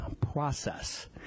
process